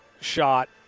shot